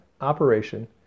operation